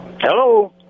Hello